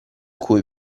cui